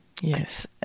Yes